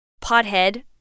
Pothead